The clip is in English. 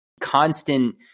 constant